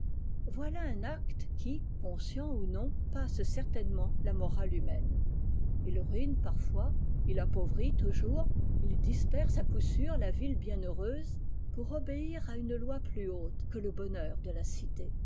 voilà un acte qui cou scient ou non passe certainement la morali humaine il ruine parfois il appauvrit toujours il disperse à coup sûr la ville bienheureuse pour obéir à une loi plus haute que le bonheur de la cité